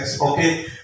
okay